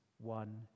one